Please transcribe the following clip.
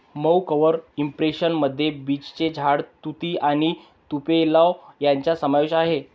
मऊ cover impression मध्ये बीचचे झाड, तुती आणि तुपेलो यांचा समावेश आहे